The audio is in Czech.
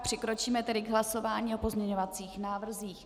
Přikročíme tedy k hlasování o pozměňovacích návrzích.